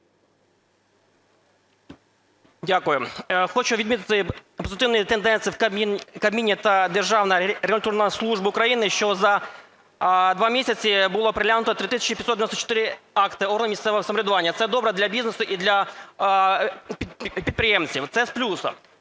Дякую. Хочу відмітити позитивні тенденції в Кабміні та Державній регуляторній службі України, що за два місяці було переглянуто 3 тисячі 594 акти органів місцевого самоврядування – це добре для бізнесу і для підприємців і це з плюсів.